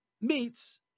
meets